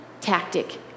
tactic